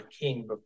King